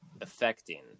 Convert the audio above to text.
affecting